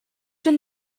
been